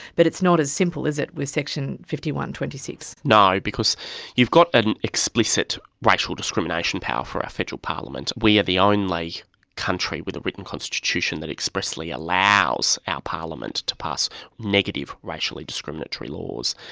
but it's not as simple, is it, with section fifty one. twenty six. no, because you've got an explicit racial discrimination power for our federal parliament. we are the only country with a written constitution that expressly allows our parliament to pass negative racially discriminatory laws.